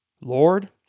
Lord